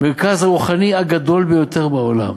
המרכז הרוחני הגדול ביותר בעולם.